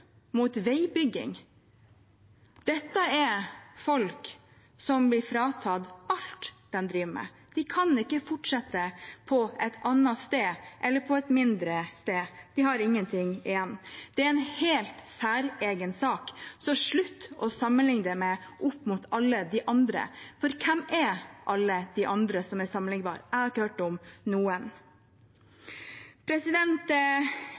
mot veibygging – dette er folk som blir fratatt alt de driver med. De kan ikke fortsette på et annet sted eller på et mindre sted. De har ingenting igjen. Det er en helt særegen sak, så slutt å sammenligne det med alle de andre. For hvem er alle de andre som er sammenlignbare? Jeg har ikke hørt om